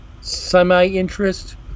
semi-interest